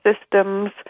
systems